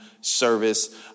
service